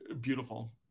Beautiful